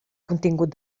contingut